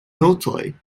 notoj